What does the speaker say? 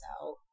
out